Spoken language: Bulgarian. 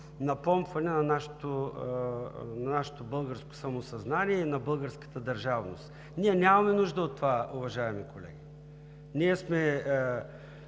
напомпване на нашето българско самосъзнание и на българската държавност. Ние нямаме нужда от това, уважаеми колеги. Ние сме